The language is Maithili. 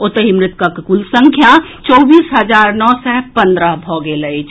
ओतहि मृतकक कुल संख्या चौबीस हजार नओ सय पन्द्रह भऽ गेल अछि